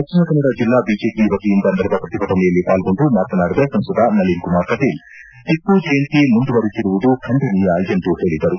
ದಕ್ಷಿಣ ಕನ್ನಡ ಜಿಲ್ಲಾ ಬಿಜೆಪಿ ವತಿಯಿಂದ ನಡೆದ ಪ್ರತಿಭಟನೆಯಲ್ಲಿ ಪಾಲ್ಗೊಂಡು ಮಾತನಾಡಿದ ಸಂಸದ ನಳನ್ ಕುಮಾರ್ ಕಟೀಲ್ ಟಿಪ್ಪು ಜಯಂತಿ ಮುಂದುವರಿಸಿರುವುದು ಖಂಡನೀಯ ಎಂದು ಹೇಳಿದರು